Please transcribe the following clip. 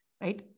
Right